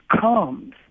comes